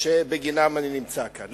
שבגינם אני נמצא כאן.